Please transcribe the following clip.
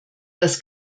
das